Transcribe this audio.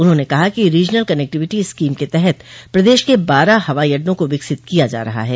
उन्होंने कहा कि रीजनल कनेक्टिविटी स्कीम के तहत प्रदेश के बारह हवाई अड्डों को विकसित किया जा रहा है